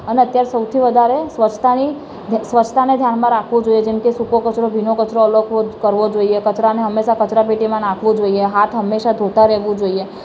અને અત્યારે સૌથી વધારે સ્વચ્છતાની સ્વચ્છતાને ધ્યાનમાં રાખવું જોઈએ જેમ કે સૂકો કચરો ભીનો કચરો અલગ કરવો જોઈએ કચરાને હંમેશા કચરા પેટીમાં નાખવો જોઈએ હાથ હંમેશા ધોતા રહેવું જોઈએ